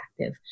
active